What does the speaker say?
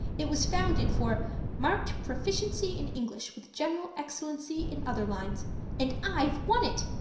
it was founded for marked proficiency in english with general excellency in other lines and i've won it!